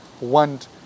want